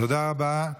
תודה רבה.